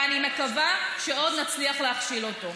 ואני מקווה שעוד נצליח להכשיל אותו.